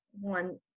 one